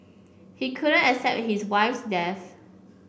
he couldn't accept his wife's death